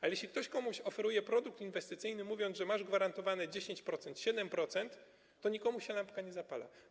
Ale jeśli ktoś komuś oferuje produkt inwestycyjny, mówiąc: masz gwarantowane 10%, 7%, to nikomu się lampka nie zapala.